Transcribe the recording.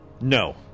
No